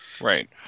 Right